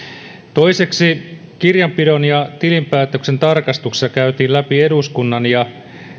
toiseksi kirjanpidon ja tilinpäätöksen tarkastuksessa käytiin läpi eduskunnan ja